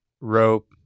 rope